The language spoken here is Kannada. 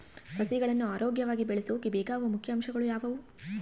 ಸಸಿಗಳನ್ನು ಆರೋಗ್ಯವಾಗಿ ಬೆಳಸೊಕೆ ಬೇಕಾಗುವ ಮುಖ್ಯ ಅಂಶಗಳು ಯಾವವು?